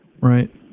Right